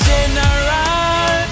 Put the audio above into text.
General